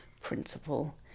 principle